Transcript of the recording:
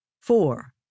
Four